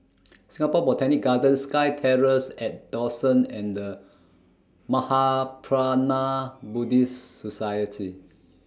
Singapore Botanic Gardens SkyTerrace At Dawson and The Mahaprajna Buddhist Society